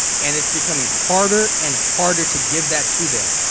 and it's becoming harder and harder to give that to them.